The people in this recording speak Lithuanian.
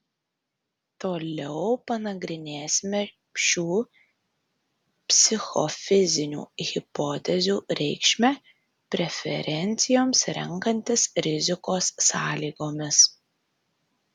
toliau panagrinėsime šių psichofizinių hipotezių reikšmę preferencijoms renkantis rizikos sąlygomis